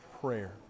prayer